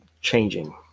changing